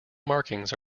markings